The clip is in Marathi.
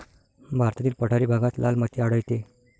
भारतातील पठारी भागात लाल माती आढळते